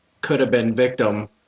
could-have-been-victim